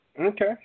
Okay